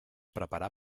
preparar